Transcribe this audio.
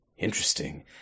interesting